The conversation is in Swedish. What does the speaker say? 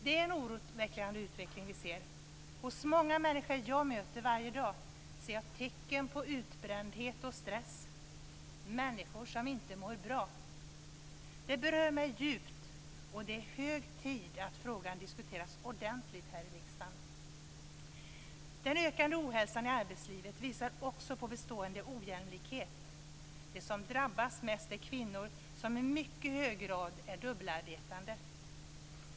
Det är en oroande utveckling som vi ser. Hos många människor som jag möter varje dag ser jag tecken på utbrändhet och stress, på att människor inte mår bra. Det berör mig djupt, och det är hög tid att frågan diskuteras ordentligt här i riksdagen. Den ökande ohälsan i arbetslivet visar också på bestående ojämlikhet. De som drabbas mest är kvinnor, som i mycket hög grad är dubbelarbetande.